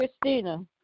Christina